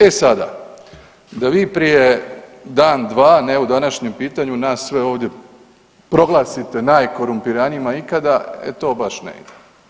E sada, da vi prije dan, dva ne u današnjem pitanju nas sve ovdje proglasite najkorumpiranijima ikada, e to baš ne ide.